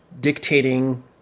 dictating